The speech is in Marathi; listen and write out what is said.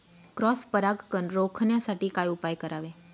क्रॉस परागकण रोखण्यासाठी काय उपाय करावे?